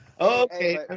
okay